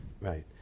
Right